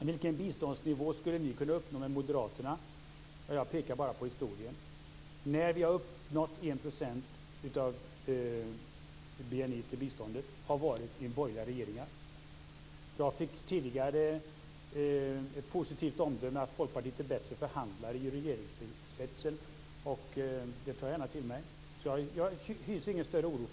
var: Vilken biståndsnivå skulle ni kunna uppnå med moderaterna? Jag kan bara peka på historien och svara: När vi har uppnått 1 % av BNI till biståndet, som det varit i borgerliga regeringar. Tidigare fick jag det positiva omdömet att Folkpartiet är bättre förhandlare i regeringssits. Det tar jag gärna till mig. Jag hyser alltså ingen större oro där.